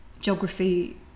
geography